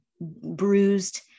bruised